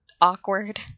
awkward